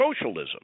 socialism